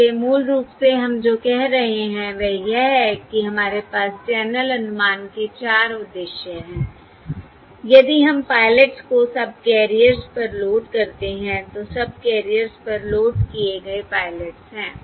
इसलिए मूल रूप से हम जो कह रहे हैं वह यह है कि हमारे पास चैनल अनुमान के 4 उद्देश्य हैं यदि हम पायलट्स को सबकैरियर्स पर लोड करते हैं तो सबकैरियर्स पर लोड किए गए पायलट्स हैं